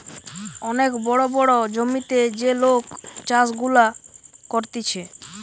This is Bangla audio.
অনেক বড় বড় জমিতে যে লোক চাষ গুলা করতিছে